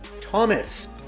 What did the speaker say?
Thomas